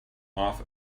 off